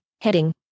heading